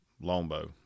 longbow